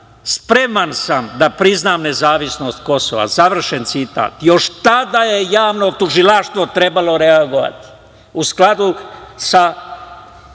spreman sam da priznam nezavisnost Kosova. Završen citat. Još tada je javno tužilaštvo trebalo reagovati u skladu sa